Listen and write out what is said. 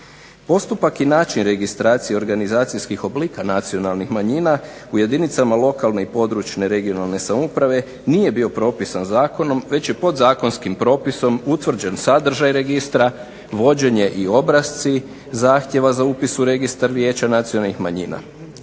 Postupak i način registracije organizacijskih oblika nacionalnih manjina u jedinicama lokalne i područne regionalne samouprave nije bio propisan zakonom već je podzakonskim propisom utvrđen sadržaj registra, vođenje i obrasci zahtjeva za upis u registar Vijeća nacionalnih manjina.